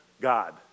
God